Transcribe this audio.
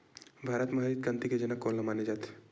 भारत मा हरित क्रांति के जनक कोन ला माने जाथे?